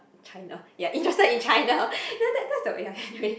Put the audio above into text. China ya interested in China ya ya anyway